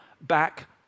back